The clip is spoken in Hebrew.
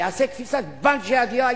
יעשה קפיצת בנג'י אדירה,